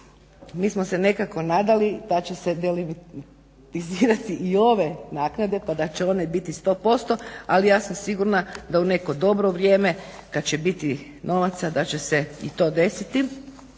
Mi smo se nekako nadali da će se …/Govornik se ne razumije…/ naknade pa da će one biti 100% ali ja sam sigurna da u neko dobro vrijeme kad će biti novaca da će se i to desiti